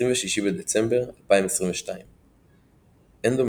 26 בדצמבר 2022 אנדומטריוזיס,